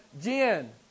Jen